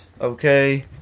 okay